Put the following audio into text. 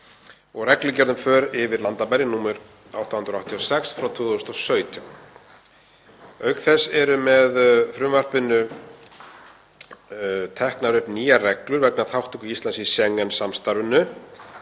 og reglugerð um för yfir landamæri nr. 886/2017. Auk þess eru með frumvarpinu teknar upp nýjar reglur vegna þátttöku Íslands í Schengen-samstarfinu